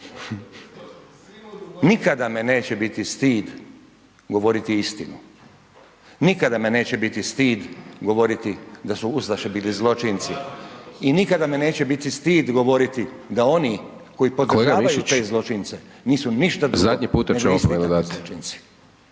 Nikada me neće biti stid govoriti istinu. Nikada me neće biti stid govoriti da su ustaše bili zločinci i nikada me neće biti stid govoriti da oni koji podržavaju .../Upadica: Kolega Mišić./... nisu ništa